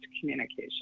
communication